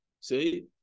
see